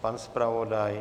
Pan zpravodaj?